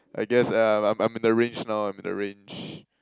I guess I'm I'm I'm in the range now I'm in the range